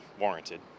warranted